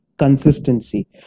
consistency